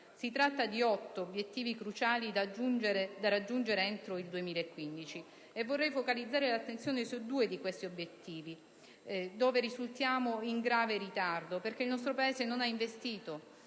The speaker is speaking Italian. Si tratta di otto obiettivi cruciali da raggiungere entro il 2015. Vorrei focalizzare l'attenzione su due di essi, rispetto ai quali risultiamo in grave ritardo perché il nostro Paese non ha investito